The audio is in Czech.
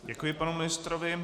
Děkuji panu ministrovi.